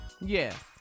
Yes